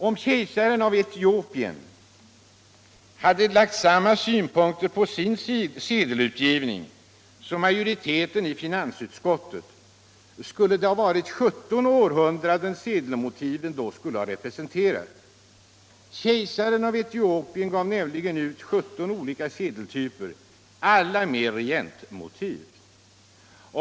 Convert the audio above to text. Om kejsaren av Etiopien hade lagt samma synpunkter på sin sedel utgivning som majoriteten i finansutskottet, skulle sedelmotiven ha representerat 17 århundraden. Kejsaren av Etiopien gav nämligen ut 17 olika sedeltyper, alla med regentmotiv.